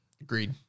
Agreed